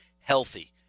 healthy